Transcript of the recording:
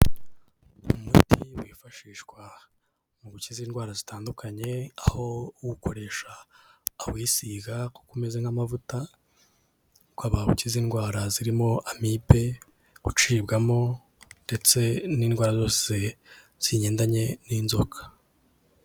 Umuti wifashishwa mu gukiza indwara zitandukanye aho uwukoresha awisiga kuko umeze nk'amavuta, ukaba ukiza indwara zirimo amibe, gucibwamo, ndetse n'indwara zose zigendanye n'inzoka.